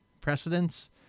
precedents